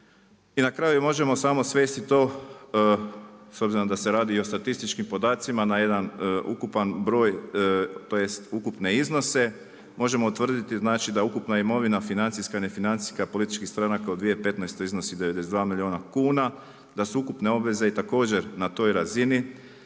I na kraju možemo samo svesti to s obzirom da se radi o statističkim podacima na jedan ukupan broj tj. ukupne iznose, možemo utvrditi da ukupna imovina financijska, ne financijska političkih stranaka u 2015. iznosi 92 milijuna kuna, da su ukupne obveze i također na toj razini,